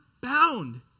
bound